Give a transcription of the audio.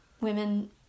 women